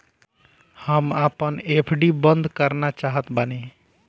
हम आपन एफ.डी बंद करना चाहत बानी